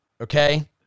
Okay